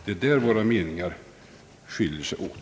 Det är där våra meningar skiljer sig åt.